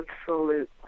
Absolute